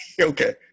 Okay